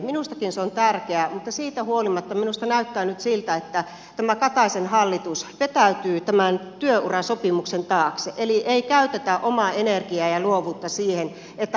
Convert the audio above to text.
minustakin se on tärkeää mutta siitä huolimatta minusta näyttää nyt siltä että tämä kataisen hallitus vetäytyy tämän työurasopimuksen taakse eli ei käytetä omaa energiaa ja luovuutta siihen että haettaisiin myös muita keinoja